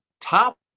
top